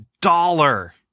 dollar